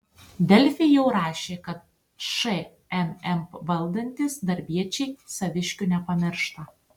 delfi jau rašė kad šmm valdantys darbiečiai saviškių nepamiršta